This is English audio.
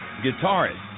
guitarist